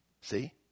See